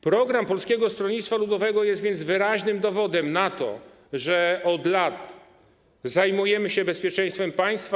Program Polskiego Stronnictwa Ludowego jest więc wyraźnym dowodem na to, że od lat zajmujemy się bezpieczeństwem państwa.